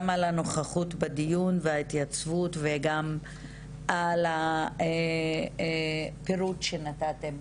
גם על הנוכחות בדיון וההתייצבות וגם על הפירוט שנתתן,